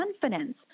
confidence